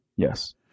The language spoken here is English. Yes